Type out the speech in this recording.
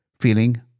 feeling